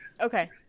Okay